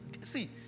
See